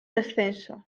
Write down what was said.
descenso